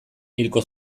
hilko